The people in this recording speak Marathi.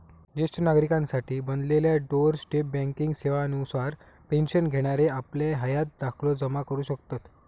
ज्येष्ठ नागरिकांसाठी बनलेल्या डोअर स्टेप बँकिंग सेवा नुसार पेन्शन घेणारे आपलं हयात दाखलो जमा करू शकतत